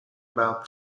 about